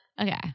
Okay